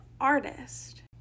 artist